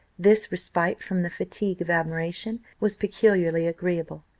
this respite from the fatigue of admiration was peculiarly agreeable.